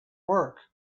work